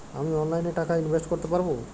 আমি অনলাইনে টাকা ইনভেস্ট করতে পারবো?